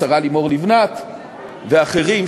השרה לימור לבנת ואחרים,